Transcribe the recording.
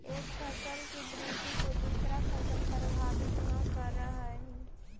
एक फसल की वृद्धि को दूसरा फसल प्रभावित न करअ हई